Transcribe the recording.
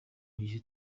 gihe